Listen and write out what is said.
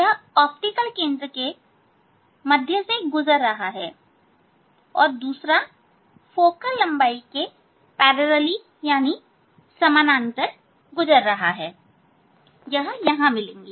यह ऑप्टिकल केंद्र के मध्य से गुजर रहा हैऔर दूसरा फोकल लंबाई के समानांतर गुजर रहा है यह यहां मिलेंगे